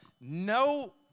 no